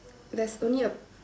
there's only a